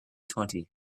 twenty